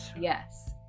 Yes